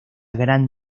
gran